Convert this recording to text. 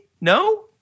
No